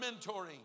mentoring